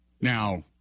Now